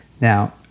Now